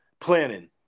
planning